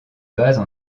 bases